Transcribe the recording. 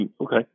Okay